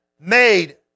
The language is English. made